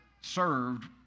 served